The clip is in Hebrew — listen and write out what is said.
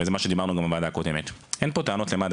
וזה גם מה שדיברנו בוועדה הקודמת: אין פה טענות למד"א,